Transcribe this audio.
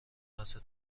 مبحث